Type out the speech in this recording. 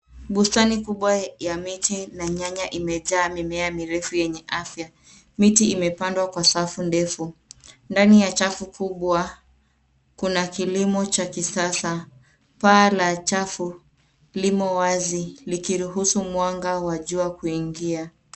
Bustanii kubwa ya miche na nyanya imejaa mimea mirefu yenye afya. Miti imepandwa kwa safu ndefu. Ndani ya chafu kubwa, kuna kilimo cha kisasa. Paa la chafu limo wazi likiruhusu mwanga wa jua kuingia.